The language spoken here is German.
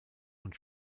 und